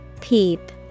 Peep